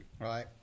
right